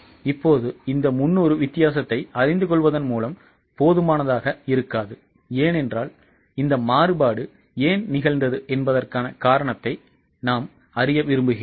இப்போது இந்த 300 வித்தியாசத்தை அறிந்து கொள்வதன் மூலம் போதுமானதாக இருக்காது ஏனென்றால் இந்த மாறுபாடு ஏன் நிகழ்ந்தது என்பதற்கான காரணத்தை நாம் அறிய விரும்புகிறோம்